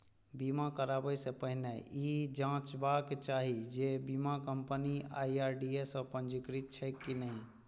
बीमा कराबै सं पहिने ई जांचबाक चाही जे बीमा कंपनी आई.आर.डी.ए सं पंजीकृत छैक की नहि